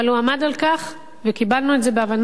אבל הוא עמד על כך, וקיבלנו את זה בהבנה,